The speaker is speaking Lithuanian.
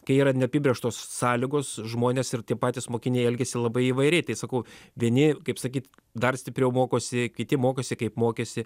kai yra neapibrėžtos sąlygos žmonės ir patys mokiniai elgiasi labai įvairiai tai sakau vieni kaip sakyt dar stipriau mokosi kiti mokosi kaip mokėsi